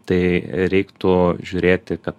tai reiktų žiūrėti kad